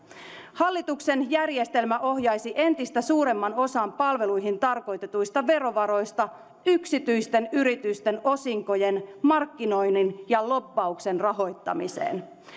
hallituksen järjestelmä ohjaisi entistä suuremman osan palveluihin tarkoitetuista verovaroista yksityisten yritysten osinkojen markkinoinnin ja lobbauksen rahoittamiseen